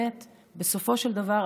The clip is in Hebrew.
בסופו של דבר,